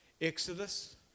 Exodus